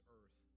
earth